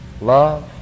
love